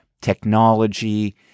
technology